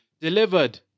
delivered